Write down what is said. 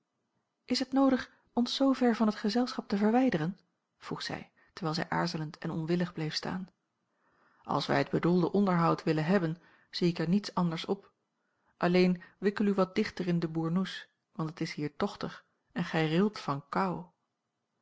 is het noodig ons zoo ver van het gezelschap te verwijderen vroeg zij terwijl zij aarzelend en onwillig bleef staan als wij het bedoelde onderhoud willen hebben zie ik er niets anders op alleen wikkel u wat dichter in den boernoes want het is hier tochtig en gij rilt van kou